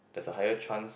that's a higher chance